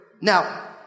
Now